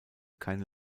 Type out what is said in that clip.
keine